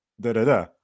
da-da-da